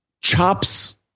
chops